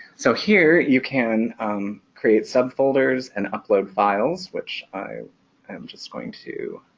so here you can create subfolders and upload files. which i am just going to